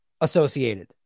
associated